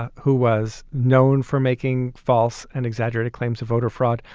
ah who was known for making false and exaggerated claims of voter fraud.